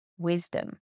wisdom